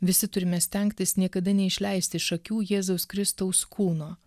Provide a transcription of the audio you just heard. visi turime stengtis niekada neišleisti iš akių jėzaus kristaus kūno